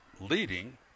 leading